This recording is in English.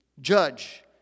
judge